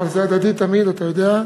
אבל זה הדדי תמיד, אתה יודע.